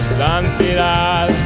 santidad